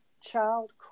child